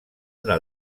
una